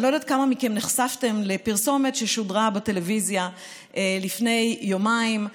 אני לא יודעת כמה מכם נחשפו לפרסומת ששודרה בטלוויזיה לפני יומיים,